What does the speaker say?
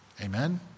Amen